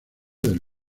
del